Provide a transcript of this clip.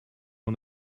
one